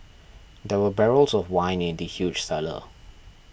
there were barrels of wine in the huge cellar